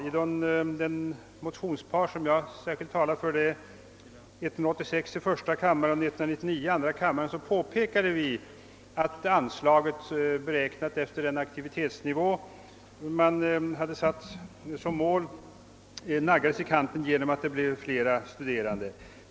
I det motionspar som jag särskilt talar för — I:186 och 1II:199 — har vi påpekat att anslagsberäkningen enligt den aktivitetsnivå man satt som mål naggats i kanten genom att det blivit flera studerande.